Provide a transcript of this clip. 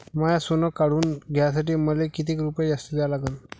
माय सोनं काढून घ्यासाठी मले कितीक रुपये जास्त द्या लागन?